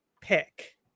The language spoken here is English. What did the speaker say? pick